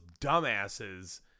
dumbasses